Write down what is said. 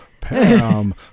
Pam